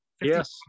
Yes